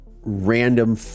random